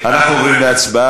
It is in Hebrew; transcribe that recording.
כן, אנחנו עוברים להצבעה.